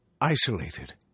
isolated